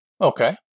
Okay